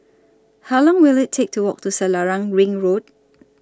How Long Will IT Take to Walk to Selarang Ring Road